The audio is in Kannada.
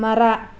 ಮರ